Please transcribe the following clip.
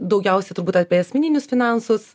daugiausiai turbūt apie asmeninius finansus